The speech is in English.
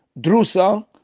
drusa